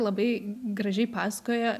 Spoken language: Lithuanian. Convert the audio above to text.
labai gražiai pasakoja